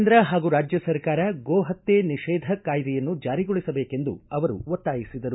ಕೇಂದ್ರ ಹಾಗೂ ರಾಜ್ಯ ಸರ್ಕಾರ ಗೋ ಹತ್ತೆ ನಿಷೇಧ ಕಾಯ್ದೆಯನ್ನು ಜಾರಿಗೊಳಿಸಬೇಕೆಂದು ಅವರು ಒತ್ತಾಯಿಸಿದರು